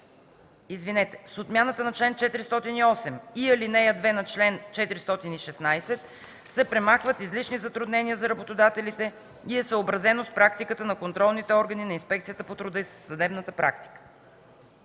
С отмяната на чл. 408 и ал. 2 на чл. 416 се премахват излишни затруднения за работодателите и е съобразено с практиката на контролните органи на Инспекцията по труда и със съдебната практика.